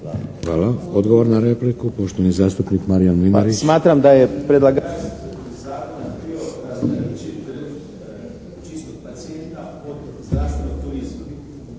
Hvala. Odgovor na repliku, poštovani zastupnik Marijan Mlinarić.